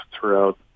throughout